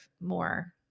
more